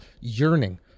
yearning